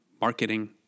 marketing